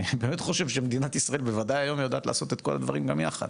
אני באמת חושב שמדינת ישראל יודעת לעשות את שני הדברים גם יחד.